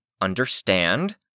understand